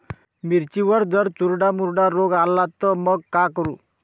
मिर्चीवर जर चुर्डा मुर्डा रोग आला त मंग का करू?